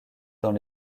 dans